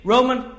Roman